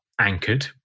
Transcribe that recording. anchored